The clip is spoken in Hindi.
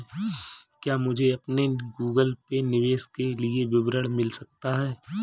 क्या मुझे अपने गूगल पे निवेश के लिए विवरण मिल सकता है?